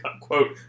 quote